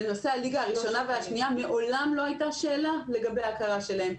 בנושא הליגה הראשונה והשנייה מעולם לא הייתה שאלה לגבי הכרה בהן.